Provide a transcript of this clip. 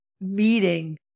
meeting